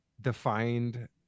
defined